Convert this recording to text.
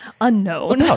Unknown